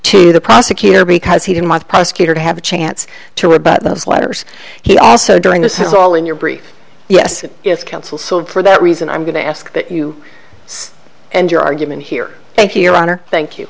to the prosecutor because he didn't want the prosecutor to have a chance to rebut those letters he also during this is all in your brief yes it's counsel so for that reason i'm going to ask you and your argument here thank you your honor thank you